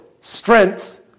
Strength